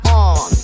on